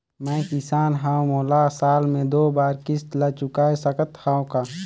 मैं किसान हव मोला साल मे दो बार किस्त ल चुकाय सकत हव का?